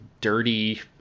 dirty